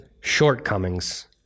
shortcomings